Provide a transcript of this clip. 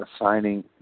assigning